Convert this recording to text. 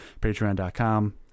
patreon.com